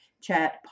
Chat